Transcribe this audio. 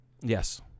Yes